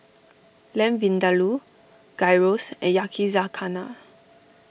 Lamb Vindaloo Gyros and Yakizakana